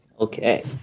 Okay